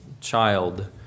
child